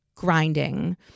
grinding